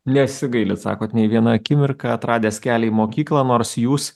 nesigailit sakot nei vieną akimirką atradęs kelią į mokyklą nors jūs